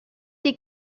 die